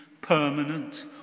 permanent